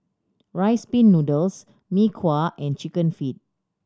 Rice Pin Noodles Mee Kuah and Chicken Feet